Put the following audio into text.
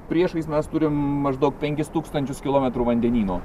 priešais mes turim maždaug penkis tūkstančius kilometrų vandenyno